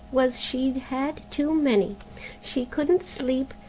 was, she'd had too many she couldn't sleep,